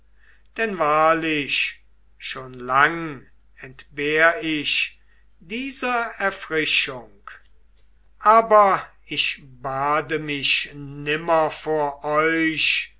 denn wahrlich schon lang entbehr ich dieser erfrischung aber ich bade mich nimmer vor euch